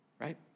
right